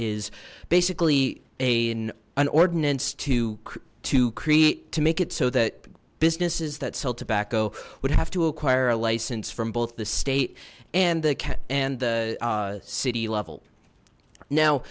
is basically a in an ordinance to to create to make it so that businesses that sell tobacco would have to acquire a license from both the state and the cat and city level now